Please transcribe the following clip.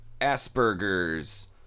Asperger's